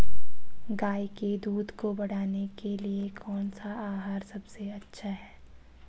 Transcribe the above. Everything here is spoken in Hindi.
गाय के दूध को बढ़ाने के लिए कौनसा आहार सबसे अच्छा है?